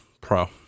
pro